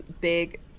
big